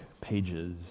pages